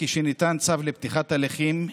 כשניתן צו לפתיחת הליכים,